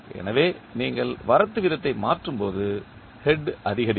எனவே நீங்கள் வரத்து வீதத்தை மாற்றும்போது ஹெட் அதிகரிக்கும்